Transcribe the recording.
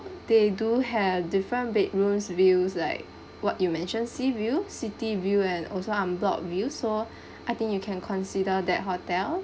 they do have different bedrooms views like what you mentioned sea view city view and also unblocked view so I think you can consider that hotel